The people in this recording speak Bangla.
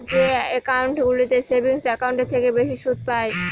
যে একাউন্টগুলোতে সেভিংস একাউন্টের থেকে বেশি সুদ পাই